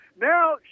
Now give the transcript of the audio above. Now